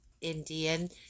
Indian